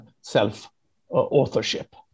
self-authorship